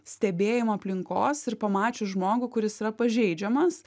stebėjimo aplinkos ir pamačius žmogų kuris yra pažeidžiamas